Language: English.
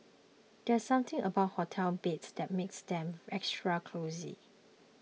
there's something about hotel beds that makes them extra cosy